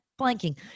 blanking